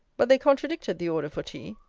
but they contradicted the order for tea,